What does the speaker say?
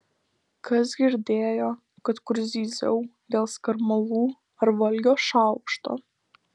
kas girdėjo kad kur zyziau dėl skarmalų ar valgio šaukšto